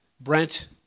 Brent